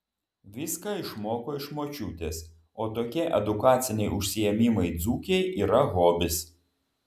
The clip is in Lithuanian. viską išmoko iš močiutės o tokie edukaciniai užsiėmimai dzūkei yra hobis